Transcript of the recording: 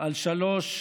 על שלוש רגליים: